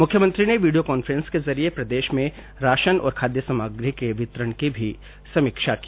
मुख्यमंत्री ने video conference के जरिए प्रदेश में राशन और खाद्य सामग्री के वितरण की भी समीक्षा की